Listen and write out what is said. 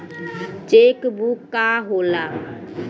Check book का होला?